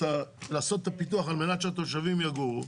לעשות את הפיתוח על מנת שהתושבים יגורו,